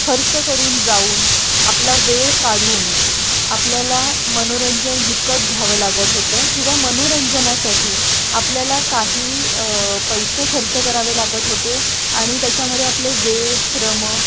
खर्च करून जाऊन आपला वेळ काढून आपल्याला मनोरंजन विकत घ्यावं लागत होतं किंवा मनोरंजनासाठी आपल्याला काही पैसे खर्च करावे लागत होते आणि त्याच्यामध्ये आपले वेळ श्रम